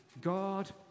God